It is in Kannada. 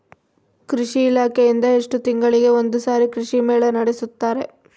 ಕೃಷಿ ಇಲಾಖೆಯಿಂದ ಎಷ್ಟು ತಿಂಗಳಿಗೆ ಒಂದುಸಾರಿ ಕೃಷಿ ಮೇಳ ನಡೆಸುತ್ತಾರೆ?